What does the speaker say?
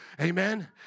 Amen